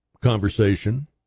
conversation